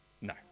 No